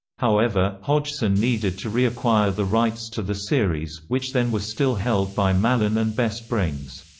however, hodgson needed to reacquire the rights to the series, which then were still held by mallon and best brains.